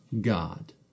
God